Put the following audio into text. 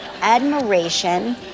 admiration